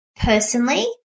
Personally